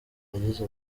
yagize